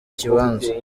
kibanza